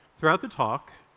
throughout the talk,